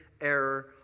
error